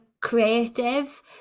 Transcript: creative